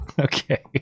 Okay